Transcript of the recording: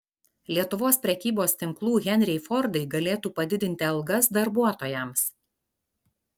lietuvos prekybos tinklų henriai fordai galėtų padidinti algas darbuotojams